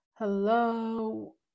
Hello